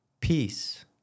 peace